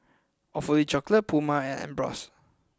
Awfully Chocolate Puma and Ambros